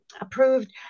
approved